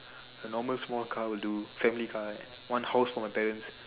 a normal small car will do family car one house for my parents